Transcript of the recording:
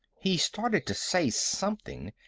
he started to say something,